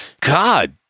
god